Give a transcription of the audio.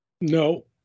No